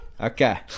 Okay